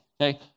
okay